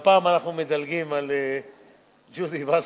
והפעם אנחנו מדלגים על ג'ודי וסרמן.